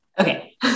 Okay